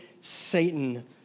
Satan